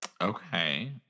Okay